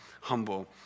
humble